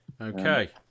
Okay